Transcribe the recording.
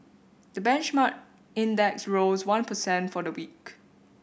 the benchmark index rose one per cent for the week